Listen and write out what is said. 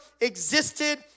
existed